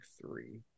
three